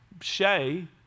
Shay